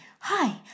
hi